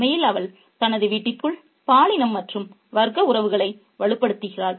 உண்மையில் அவள் தனது வீட்டிற்குள் பாலினம் மற்றும் வர்க்க உறவுகளை வலுப்படுத்துகிறாள்